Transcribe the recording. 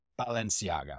Balenciaga